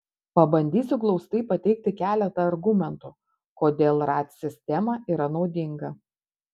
pabandysiu glaustai pateikti keletą argumentų kodėl ratc sistema yra naudinga